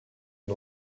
une